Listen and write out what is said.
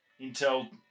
Intel